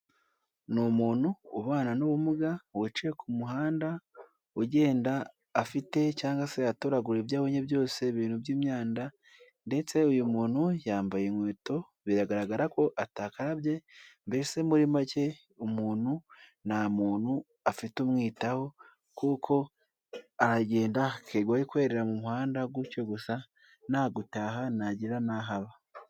Ni umuntu ubana n'ubumuga wicaye ku muhanda, ugenda afite cyangwa se atoragura ibyo abonye byose, ibintu by'imyanda ndetse uyu muntu yambaye inkweto biragaragara ko atakarabye. Mbese muri make umuntu nta muntu afite umwitaho, kuko aragenda akirirwa ari kwerera mu muhanda gutyo gusa, nta gutaha, ntagira n'aho aba.